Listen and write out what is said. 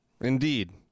Indeed